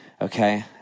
okay